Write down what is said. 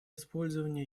использование